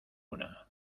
una